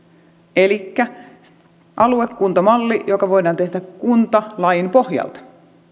elikkä aluekuntamalli joka voidaan tehdä kuntalain pohjalta